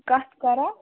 کتھ کَران